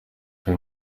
uyu